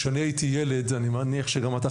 כשאני הייתי ילד אני מניח שגם כשאתה,